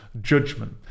judgment